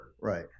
Right